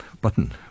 button